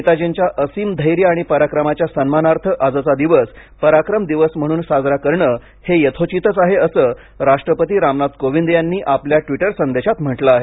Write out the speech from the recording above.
नेताजींच्या असीम धैर्य आणि पराक्रमाच्या सन्मानार्थ आजचा दिवस पराक्रम दिवस म्हणून साजरा करण हे यथोचितच आहे असं राष्ट्रपती रामनाथ कोविंद यांनी आपल्या ट्विटर संदेशात म्हंटलं आहे